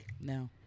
no